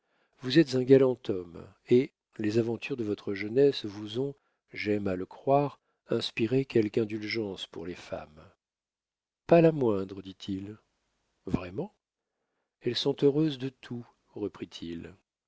vous êtes un galant homme et les aventures de votre jeunesse vous ont j'aime à le croire inspiré quelque indulgence pour les femmes pas la moindre dit-il vraiment elles sont heureuses de tout